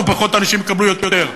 ופחות אנשים יקבלו יותר,